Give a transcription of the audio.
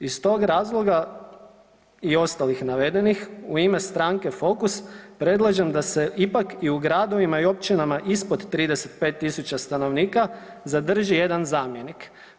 Iz tog razloga i ostalih navedenih u ime stranke Fokus predlažem da se ipak i u gradovima i u općinama ispod 35 tisuća stanovnika zadrži jedan zamjenik.